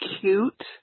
cute